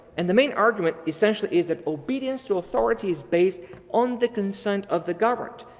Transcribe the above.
and the main argument essentially is that obedience to authority is based on the consent of the governed.